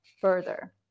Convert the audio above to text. further